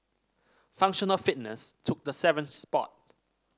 functional fitness took the seventh spot